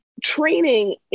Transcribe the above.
training